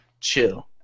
Chill